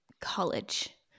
college